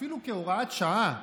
אפילו כהוראת שעה,